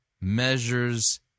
measures